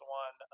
one